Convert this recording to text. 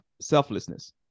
selflessness